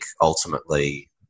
ultimately